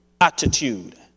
attitude